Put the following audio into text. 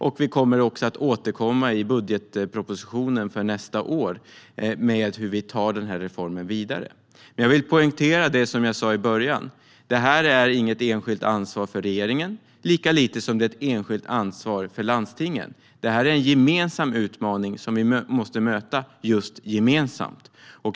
Vi återkommer också i budgetpropositionen för nästa år med hur vi tar den här reformen vidare. Jag vill poängtera det som jag sa i början: Detta är inget enskilt ansvar för regeringen, lika lite som det är ett enskilt ansvar för landstingen. Detta är en gemensam utmaning som vi måste möta just gemensamt.